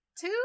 two